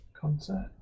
Concert